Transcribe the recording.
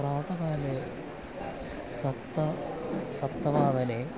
प्रातःकाले सप्त सप्तवादने